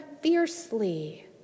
fiercely